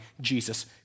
Jesus